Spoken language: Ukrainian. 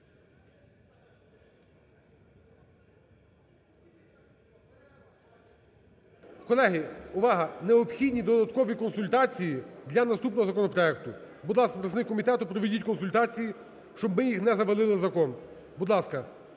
Колеги, увага! Необхідні додаткові консультації для наступного законопроекту. Будь ласка, представник комітету, проведіть консультації, щоб ми не завалили закон. Будь ласка,